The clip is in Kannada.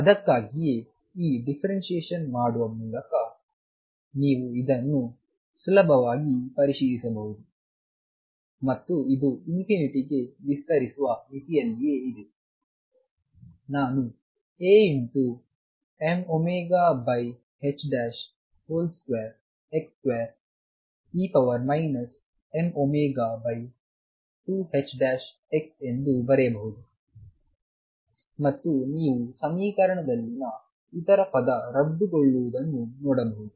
ಅದಕ್ಕಾಗಿಯೇ ಈ ಡಿಫರೆನ್ಸಿಯೆಶನ್ ಮಾಡುವ ಮೂಲಕ ನೀವು ಇದನ್ನು ಸುಲಭವಾಗಿ ಪರಿಶೀಲಿಸಬಹುದು ಮತ್ತು ಇದು ಇನ್ಫಿನಿಟಿಗೆ ವಿಸ್ತರಿಸುವ ಮಿತಿಯಲ್ಲಿಯೇ ಇದೆ ನಾನು Amω2x2e mω2ℏx2 ಎಂದು ಬರೆಯಬಹುದು ಮತ್ತು ನೀವು ಸಮೀಕರಣದಲ್ಲಿನ ಇತರ ಪದ ರದ್ದುಗೊಳ್ಳುವುದನ್ನು ನೋಡಬಹುದು